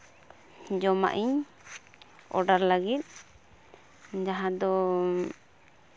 ᱡᱚᱢᱟᱜ ᱤᱧ ᱚᱰᱟᱨ ᱞᱟᱹᱜᱤᱫ ᱡᱟᱦᱟᱸ ᱫᱚ